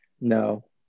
No